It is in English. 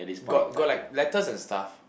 got got like letters and stuff